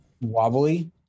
wobbly